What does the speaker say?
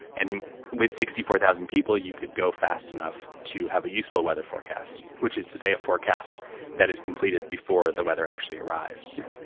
and with sixty four thousand people, you could go fast enough to have a useful weather forecast, which is to say a forecast that is completed before the weather actually arrives